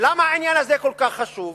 ולמה העניין הזה כל כך חשוב?